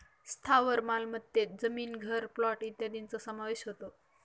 स्थावर मालमत्तेत जमीन, घर, प्लॉट इत्यादींचा समावेश होतो